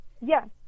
Yes